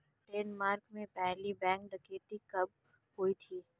Denmark में पहली bank डकैती कब हुई थी?